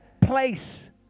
place